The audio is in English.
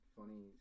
funny